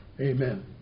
Amen